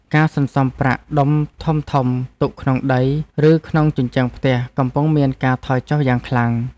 ការសន្សំប្រាក់ដុំធំៗទុកក្នុងដី ឬក្នុងជញ្ជាំងផ្ទះ កំពុងមានការថយចុះយ៉ាងខ្លាំង។